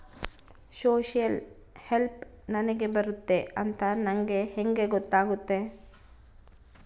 Social help ನನಗೆ ಬರುತ್ತೆ ಅಂತ ನನಗೆ ಹೆಂಗ ಗೊತ್ತಾಗುತ್ತೆ?